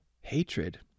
hatred